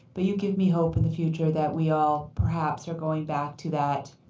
but you give me hope in the future that we all perhaps are going back to that